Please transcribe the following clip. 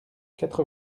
quatre